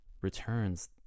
returns